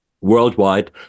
worldwide